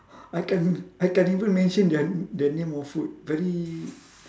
I can't I can't even mention their their name of food very